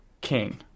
King